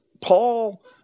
Paul